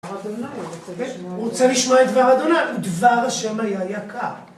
הוא רוצה לשמוע את דבר ה' הוא דבר השמיים, היקר